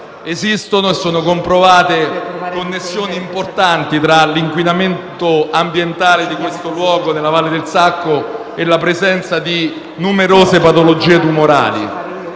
Esistono - e sono comprovate - connessione importanti tra l'inquinamento ambientale della Valle del Sacco e la presenza di numerose patologie tumorali.